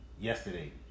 yesterday